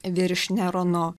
virš nerono